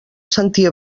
sentia